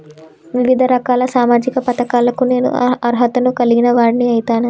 వివిధ రకాల సామాజిక పథకాలకు నేను అర్హత ను కలిగిన వాడిని అయితనా?